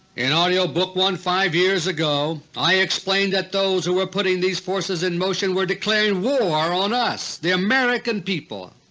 in audio book no. one five years ago i explained that those who were putting these forces in motion were declaring war on us, the american people.